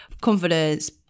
confidence